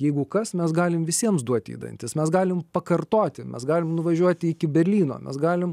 jeigu kas mes galim visiems duoti į dantis mes galim pakartoti mes galim nuvažiuoti iki berlyno mes galim